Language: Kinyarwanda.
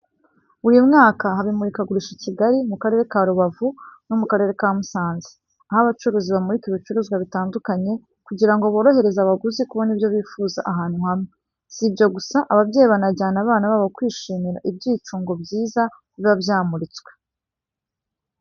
Buri mwaka haba imurikagurisha i Kigali, mu Karere ka Rubavu no mu Karere ka Musanze, aho abacuruzi bamurika ibicuruzwa bitandukanye, kugira ngo borohereze abaguzi kubona ibyo bifuza ahantu hamwe. Si ibyo gusa, ababyeyi banajyana abana babo kwishimira ibyicungo byiza biba byamuritswe.